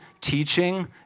teaching